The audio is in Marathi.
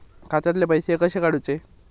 खात्यातले पैसे कशे काडूचा?